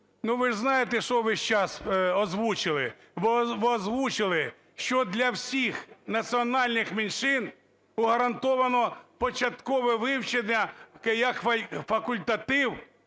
ну, ви ж знаєте, що ви сейчас озвучили? Ви озвучили, що для всіх національних меншин гарантовано початкове вивчення як факультатив